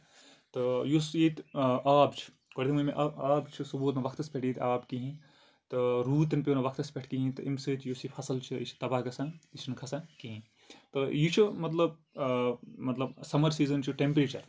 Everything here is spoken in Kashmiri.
تہٕ یُس ییٚتہِ آب چھُ کۄلہِ ہُنٛد آب چھُ سُہ ووٚت نہٕ وقتس پٮ۪ٹھ ییٚتہِ آب کِہینۍ تہٕ روٗد تہِ نہٕ پیوو نہٕ وقتَس پٮ۪ٹھ کِہینۍ تہٕ اَمہِ سۭتۍ یُس یہِ فَصٕل چھُ یہِ چھ تَباہ گژھان یہِ چھ نہٕ کھسان کیٚنٛہہ تہٕ یہِ چھُ مطلب مطلب سَمر سیٖزن چھُ ٹیمپریچر